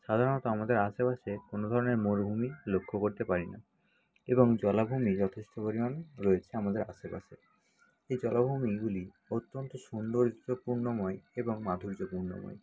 সাধারণত আমাদের আশেপাশে কোনো ধরনের মরুভূমি লক্ষ করতে পারি না এবং জলাভূমি যথেষ্ট পরিমাণ রয়েছে আমাদের আশেপাশে এই জলাভূমিগুলি অত্যন্ত সৌন্দর্যপূর্ণময় এবং মাধুর্যপূর্ণময়